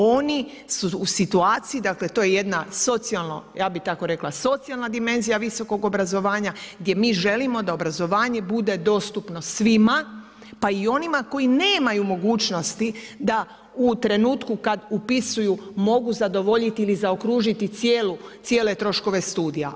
Oni su u situaciji, to je jedna socijalno, ja bi tako rekla, socijalna dimenzija visokog obrazovanja, gdje mi želimo da obrazovanje bude dostupno svima, pa i onima koji nemaju mogućnosti, da u trenutku kada upisuju, mogu zadovoljiti ili zaokružiti cijele troškove studija.